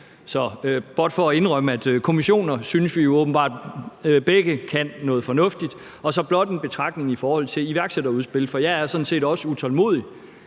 er blot for at sige, at kommissioner synes vi jo åbenbart begge kan noget fornuftigt. Så er der blot en betragtning i forhold til iværksætterudspillet. For jeg er sådan set også utålmodig,